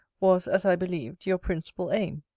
was, as i believed, your principal aim.